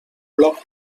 bloc